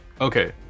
Okay